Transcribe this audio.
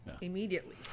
Immediately